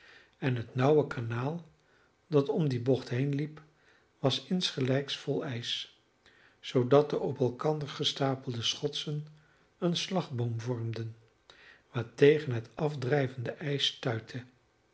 en het nauwe kanaal dat om die bocht heenliep was ingelijks vol ijs zoodat de op elkander gestapelde schotsen een slagboom vormden waartegen het afdrijvende